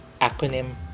acronym